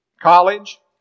college